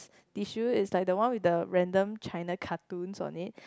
tissue is like the one with the random China cartoons on it